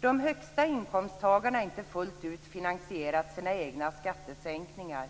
De inkomsttagare med de högsta inkomsterna har inte fullt ut finansierat sina egna skattesänkningar.